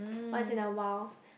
once in a while